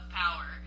power